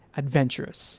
adventurous